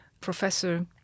Professor